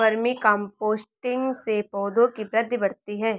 vermi composting से पौधों की वृद्धि बढ़ती है